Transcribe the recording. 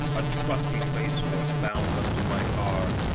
a trusty trace-horse bound unto my car.